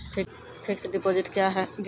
Fixed deposit क्या हैं?